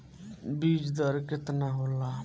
बीज दर केतना होला?